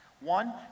One